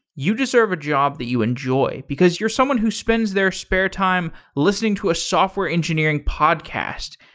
you deserve a job that you enjoy, because you're someone who spends their spare time listening to a software engineering podcast.